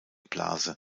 blase